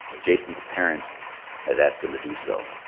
jason's parents had asked him to do so.